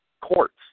courts